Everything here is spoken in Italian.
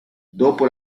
dopo